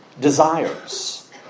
desires